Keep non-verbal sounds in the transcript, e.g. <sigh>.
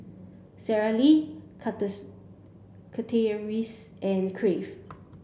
Sara Lee <unintelligible> Chateraise and Crave